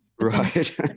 Right